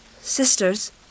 Sisters